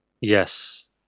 Yes